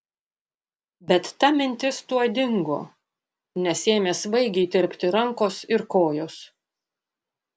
bet ta mintis tuoj dingo nes ėmė svaigiai tirpti rankos ir kojos